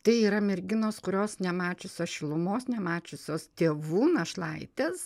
tai yra merginos kurios nemačiusios šilumos nemačiusios tėvų našlaitės